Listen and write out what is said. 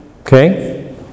Okay